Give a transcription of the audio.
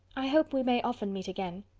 i hope we may often meet again.